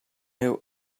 owe